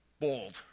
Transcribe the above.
bold